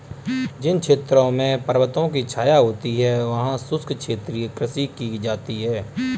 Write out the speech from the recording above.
जिन क्षेत्रों में पर्वतों की छाया होती है वहां शुष्क क्षेत्रीय कृषि की जाती है